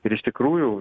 ir iš tikrųjų